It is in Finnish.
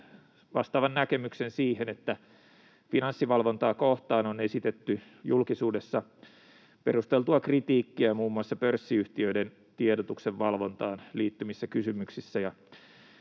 vastaavan näkemyksen siihen, että Finanssivalvontaa kohtaan on esitetty julkisuudessa perusteltua kritiikkiä muun muassa pörssiyhtiöiden tiedotuksen valvontaan liittyvissä kysymyksissä,